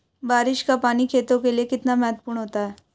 बारिश का पानी खेतों के लिये कितना महत्वपूर्ण होता है?